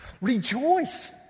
Rejoice